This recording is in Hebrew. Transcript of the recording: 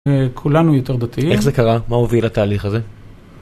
כולנו יותר דתיים. איך זה קרה? מה הוביל לתהליך הזה?